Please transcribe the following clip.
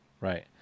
right